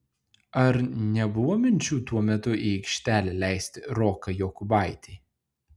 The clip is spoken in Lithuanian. ar nebuvo minčių tuo metu į aikštelę leisti roką jokubaitį